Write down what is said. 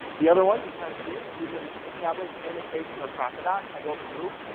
the other one, you kind of see, using tablet annotation or crocodoc, i go through.